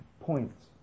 points